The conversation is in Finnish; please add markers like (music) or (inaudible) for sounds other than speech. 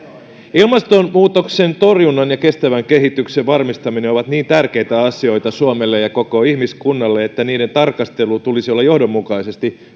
ilmastonmuutoksen torjunnan ja kestävän kehityksen varmistaminen ovat niin tärkeitä asioita suomelle ja koko ihmiskunnalle että niiden tarkastelun tulisi olla johdonmukaisesti (unintelligible)